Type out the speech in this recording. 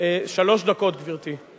שלוש דקות, גברתי,